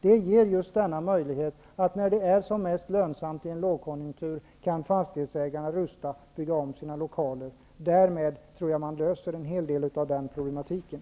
Det ger fastighetsägarna möjlighet att rusta och bygga om sina lokaler under lågkonjunktur, när det är som mest lönsamt. Därmed tror jag att man löser en hel del av problemen.